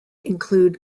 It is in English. include